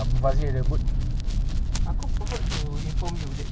untuk umi ya bawa naik asas bye go love you